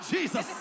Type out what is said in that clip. Jesus